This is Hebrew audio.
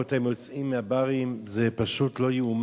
אתה רואה אותן יוצאות מהברים, זה פשוט לא יאומן,